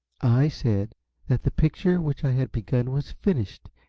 i said that the picture which i had begun was finished,